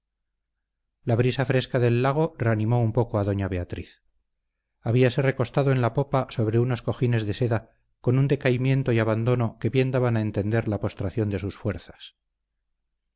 la brisa fresca del lago reanimó un poco a doña beatriz habíase recostado en la popa sobre unos cojines de seda con un decaimiento y abandono que bien daban a entender la postración de sus fuerzas